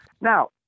Now